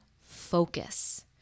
focus